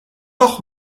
doch